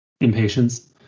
Impatience